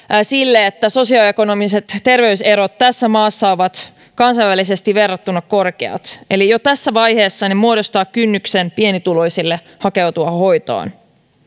sille että sosioekonomiset terveyserot tässä maassa ovat kansainvälisesti verrattuna korkeat eli jo tässä vaiheessa ne muodostavat kynnyksen pienituloisille hakeutua hoitoon